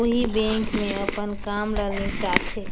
ओही बेंक मे अपन काम ल निपटाथें